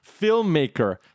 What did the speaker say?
filmmaker